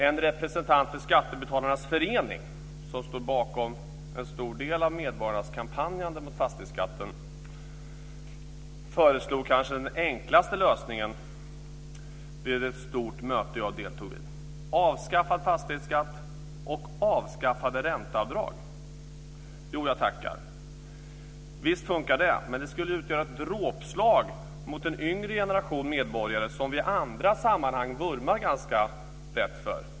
En representant för Skattebetalarnas förening, som står bakom en stor del av medborgarnas kampanjande mot fastighetsskatten, föreslog kanske den enklaste lösningen vid ett stort möte jag deltog i, nämligen avskaffad fastighetsskatt och avskaffade ränteavdrag. Jo, jag tackar! Visst fungerar det. Men det skulle utgöra ett dråpslag mot den yngre generation medborgare som vi i andra sammanhang vurmar för.